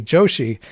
Joshi